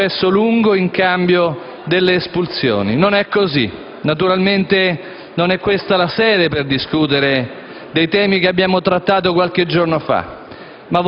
processo lungo in cambio delle espulsioni; non è così. Naturalmente non è questa la sede per discutere dei temi che abbiamo trattato qualche giorno fa,